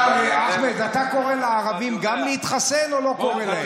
אחמד, אתה קורא לערבים גם להתחסן או לא קורא להם?